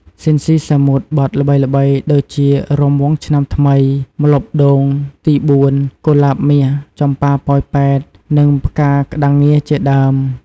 ស៊ីន ស៊ីសាមុត បទល្បីៗដូចជា រាំវង់ឆ្នាំថ្មី ម្លប់ដូងទីបួន កូលាបមាស ចំប៉ាប៉ោយប៉ែត និងផ្កាក្ដាំងងាជាដើម។